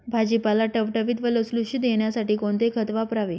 भाजीपाला टवटवीत व लुसलुशीत येण्यासाठी कोणते खत वापरावे?